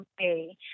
okay